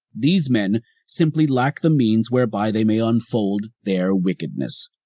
these men simply lack the means whereby they may unfold their wickedness.